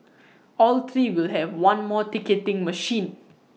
all three will have one more ticketing machine